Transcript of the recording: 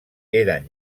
eren